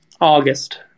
August